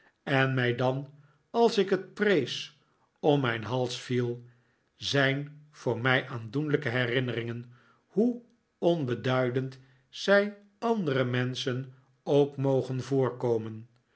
en mij dan als ik het prees om mijn hals viel zijn voor mij aandoenlijke herinneringen hoe onbeduidend zij andere menschen ook mogen voorkomen